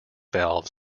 valves